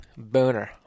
booner